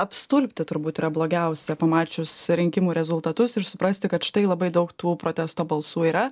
apstulbti turbūt yra blogiausia pamačius rinkimų rezultatus ir suprasti kad štai labai daug tų protesto balsų yra